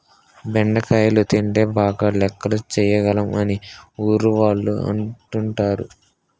బెండకాయలు తింటే బాగా లెక్కలు చేయగలం అని ఊర్లోవాళ్ళు అంటుంటారు